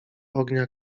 ognia